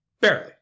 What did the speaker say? Barely